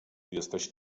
jesteś